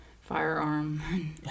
firearm